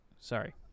sorry